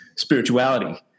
spirituality